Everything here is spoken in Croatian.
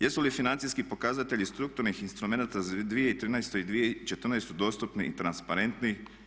Jesu li financijski pokazatelji strukturnih instrumenata za 2013.i 2014.dostupni i transparentni?